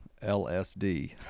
LSD